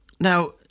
Now